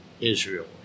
Israel